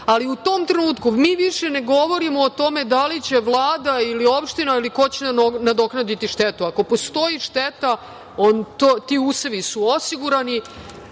ali u tom trenutku mi više ne govorimo o tome da li će Vlada ili opština ili ko će nadoknaditi štetu. Ako postoji šteta ti usevi su osigurani,